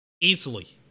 easily